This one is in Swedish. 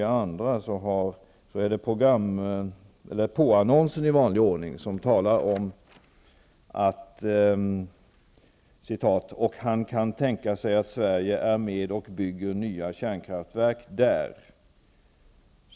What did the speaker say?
Jag vill då klargöra att det är programledaren som i påannonsen säger att Carl Bildt ''kan tänka sig att Sverige är med och bygger nya kärnkraftverk där''.